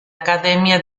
academia